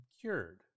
cured